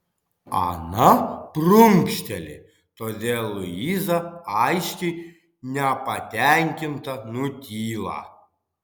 ana prunkšteli todėl luiza aiškiai nepatenkinta nutyla